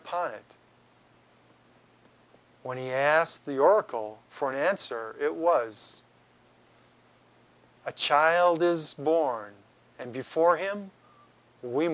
it when he asked the oracle for an answer it was a child is born and before him we